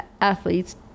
Athletes